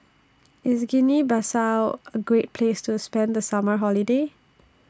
IS Guinea Bissau A Great Place to spend The Summer Holiday